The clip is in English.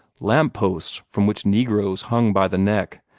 lamp-posts from which negroes hung by the neck,